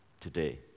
today